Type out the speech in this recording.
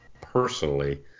personally